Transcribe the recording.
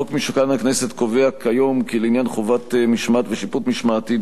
חוק משכן הכנסת קובע כיום כי לעניין חובת משמעת ושיפוט משמעתי,